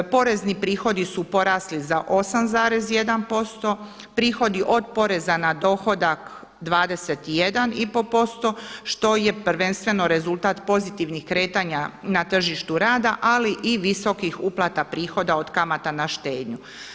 Porezni prihodi su porasli za 8,1%, prihodi od poreza na dohodak 21 i pol posto što je prvenstveno rezultat pozitivnih kretanja na tržištu rada, ali i visokih uplata prihoda od kamata na štednju.